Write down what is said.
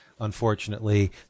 unfortunately